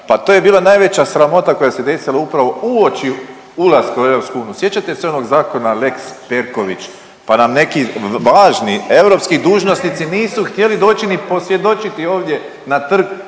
pa to je bila najveća sramota koja se desila upravo uoči ulaska u EU sjećate se onog zakona lex Perković pa nam neki važni europski dužnosnici nisu htjeli doći ni posvjedočiti ovdje na trg